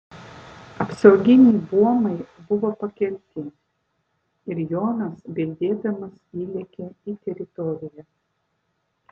apsauginiai buomai buvo pakelti ir jonas bildėdamas įlėkė į teritoriją